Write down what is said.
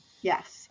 Yes